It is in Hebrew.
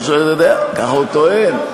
לא שאני יודע, כך הוא טוען.